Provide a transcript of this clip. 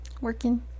working